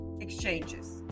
exchanges